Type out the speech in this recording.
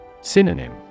Synonym